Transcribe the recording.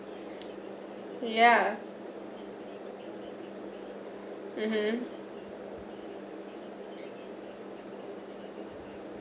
ya mmhmm